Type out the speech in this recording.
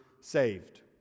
saved